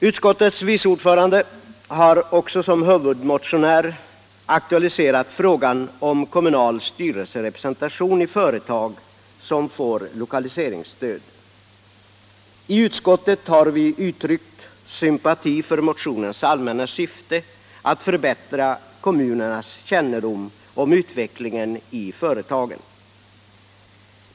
Utskottets vice ordförande har som huvudmotionär också aktualiserat frågan om kommunal styrelserepresentation i företag som får lokaliseringsstöd. I utskottet har vi uttryckt sympati för motionens allmänna syfte att förbättra kommunernas kännedom om utvecklingen i företagen.